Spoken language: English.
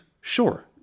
Sure